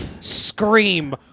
scream